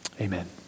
Amen